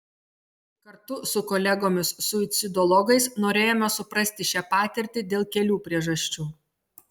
kartu su kolegomis suicidologais norėjome suprasti šią patirtį dėl kelių priežasčių